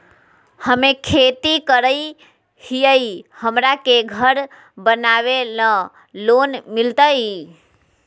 हमे खेती करई हियई, हमरा के घर बनावे ल लोन मिलतई?